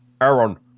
Aaron